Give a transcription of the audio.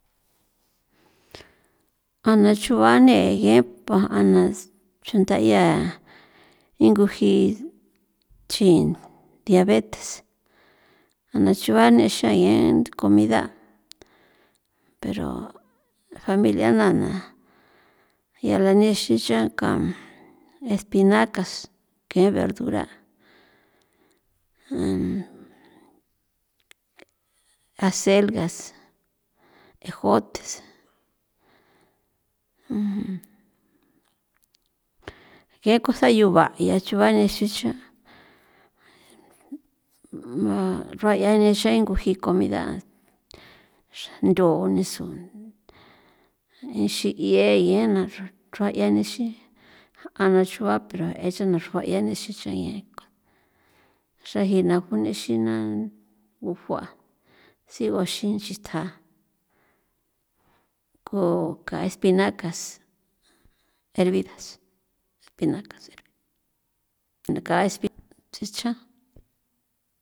A na chu bane ye' pa ana chunda 'ia nguji chin diabetes a na chuba nixa yen comida pero familia na na yaa la nexi xakan espinacas ken verduras acelgas, ejotes, ken cosa yuba' ya chuba nexi chan ra'ya nexen nguji comida xandho nisun nixin 'ie yena xruaya nixi ja' ana chrua pra e xe'na xchrua e ye nexe xen ya xra jina june xina gujua siguxin nchithja ko ka espinacas hervidas espinacas hervidas nda ka espi sichjan.